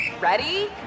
Ready